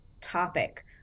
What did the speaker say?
topic